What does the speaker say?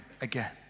again